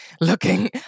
looking